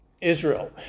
Israel